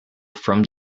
from